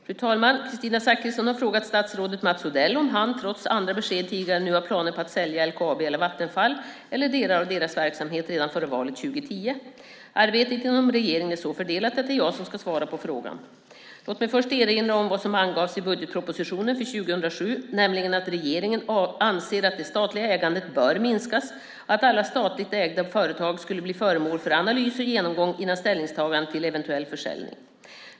Fru talman! Kristina Zakrisson har frågat statsrådet Mats Odell om han, trots andra besked tidigare, nu har planer på att sälja LKAB eller Vattenfall - eller delar av deras verksamhet - redan före valet 2010. Arbetet inom regeringen är så fördelat att det är jag som ska svara på frågan. Låt mig först erinra om vad som angavs i budgetpropositionen för 2007, nämligen att regeringen anser att det statliga ägandet bör minskas och att alla statligt ägda företag skulle bli föremål för analys och genomgång innan ställningstagande till en eventuell försäljning.